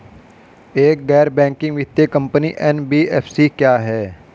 एक गैर बैंकिंग वित्तीय कंपनी एन.बी.एफ.सी क्या है?